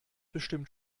bestimmt